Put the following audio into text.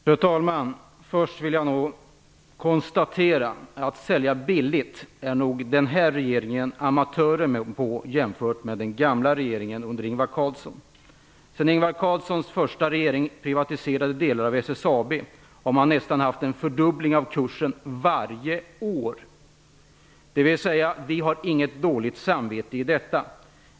Fru talman! Först vill jag konstatera att den här regeringen är en amatör på att sälja billigt, jämfört med den gamla regeringen under Ingvar Carlsson. Sedan Ingvar Carlssons första regering privatiserade delar av SSAB har kursen nästan fördubblats varje år. Vi har alltså inte dåligt samvete i detta fall.